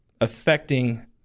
affecting